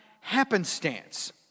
happenstance